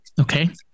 okay